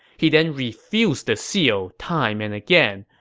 he then refused the seal time and again,